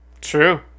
True